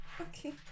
Okay